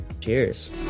Cheers